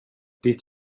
ditt